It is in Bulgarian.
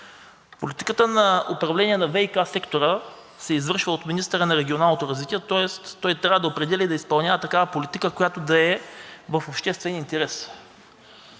Политиката за управление на ВиК сектора се извършва от министъра на регионалното развитие, тоест той трябва да определя и изпълнява такава политика, която да е в обществен интерес.